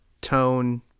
tone